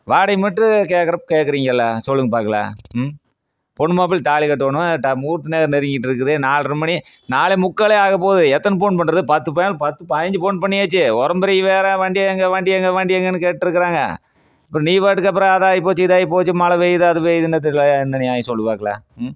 வாடகை மட்டும் கேட்குற கேட்குறீங்கள சொல்லுங்க பார்க்கலாம் ம் பொண்ணு மாப்பிளைக்கு தாலி கட்டணும் முகூர்த்த நேரம் நெருங்கிகிட்ருக்குது நாலர மணி நாலே முக்காலே ஆகப்போது எத்தனை போன் பண்ணுறது பத்து போன் பத்து பயஞ்சி போன் பண்ணியாச்சு வேற வண்டி எங்கள் வண்டி எங்கள் வண்டி எங்கேன்னு கேட்டுகிட்ருக்குறாங்க நீ பாட்டுக்கு அப்புறம் அதாயிப்போச்சு இதாயிப்போச்சு மழை பெய்யுது அது பெய்யுதுன்னு என்ன நியாயம் சொல்லு பார்க்கலாம் ம்